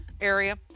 area